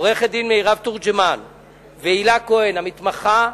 עורכת-דין מירב תורג'מן והילה כהן המתמחה,